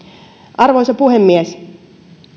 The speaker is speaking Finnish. arvoisa puhemies